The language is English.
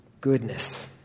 Goodness